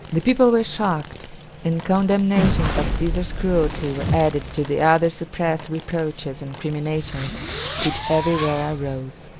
the people were shocked and condemnations of caesar's cruelty were added to the other suppressed reproaches and criminations which every where arose.